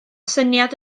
syniad